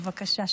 בבקשה,